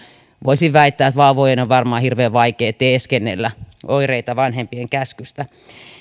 voisin väittää että vauvojen on varmaan hirveän vaikea teeskennellä oireita vanhempien käskystä